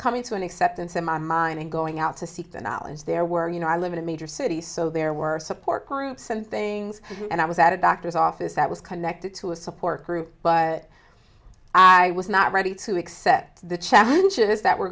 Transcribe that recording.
coming to an acceptance in my mind and going out to seek the knowledge there were you know i live in a major city so there were support groups and things and i was at a doctor's office that was connected to a support group but i was not ready to accept the challenges